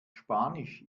spanisch